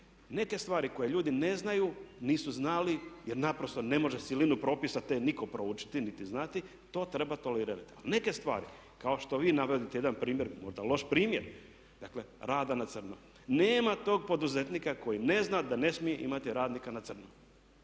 Neke stvari koje ljudi ne znaju, nisu znali jer naprosto ne može silinu propisa te nitko proučiti niti znati, to treba tolerirati. A neke stvari kao što vi navodite jedan primjer, onda loš primjer, rada na crno. Nema tog poduzetnika koji ne znam da ne smije imati radnika na crno,